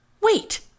Wait